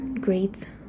great